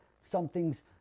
Something's